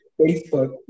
Facebook